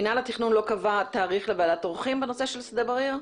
מינהל התכנון לא קבע תאריך לוועדת עורכים בנושא של שדה בריר?